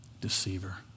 deceiver